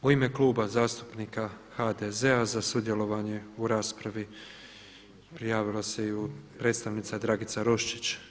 U ime Kluba zastupnika HDZ-a za sudjelovanje u raspravi prijavila se i predstavnica Dragica Roščić.